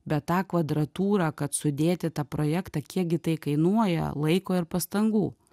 bet tą kvadratūrą kad sudėti tą projektą kiek gi tai kainuoja laiko ir pastangų